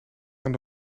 aan